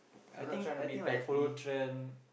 I think I think like follow trend